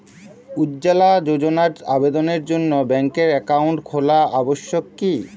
উজ্জ্বলা যোজনার আবেদনের জন্য ব্যাঙ্কে অ্যাকাউন্ট খোলা আবশ্যক কি?